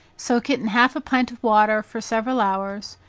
soaked in half a pint of water for several hours,